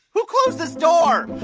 who closed this door?